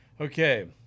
Okay